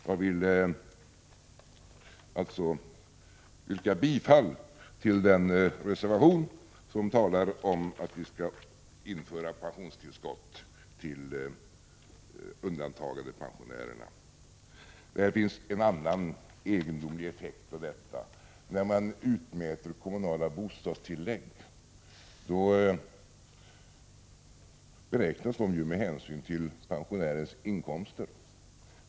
Jag vill alltså yrka bifall till den reservation som talar om att vi skall införa pensionstillskott för undantagandepensionärerna. Det finns en annan egendomlig effekt i detta sammanhang. När man utmäter kommunala bostadstillägg beräknas de med hänsyn till pensionärernas inkomster.